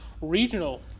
regional